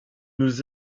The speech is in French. nous